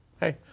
Hey